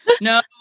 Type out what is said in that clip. No